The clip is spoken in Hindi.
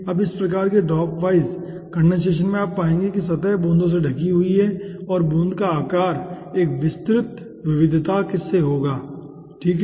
अब इस प्रकार के ड्रॉप वाइज कंडेनसेशन में आप पाएंगे कि सतह बूंदों से ढकी हुई है और बूंद का आकार एक विस्तृत विविधता से होगा ठीक है